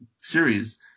series